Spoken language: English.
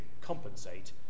compensate